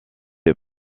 les